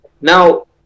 Now